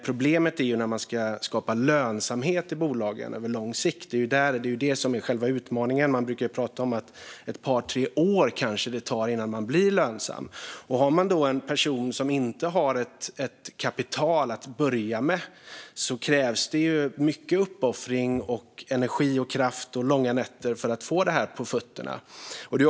Problemet är att skapa lönsamhet i bolagen på lång sikt. Det är det som är själva utmaningen. Man brukar prata om att det kanske tar ett par tre år innan företaget blir lönsamt. Om en person då inte har ett kapital att börja med krävs det mycket uppoffring, energi, kraft och långa nätter för att få det här på fötter.